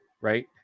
right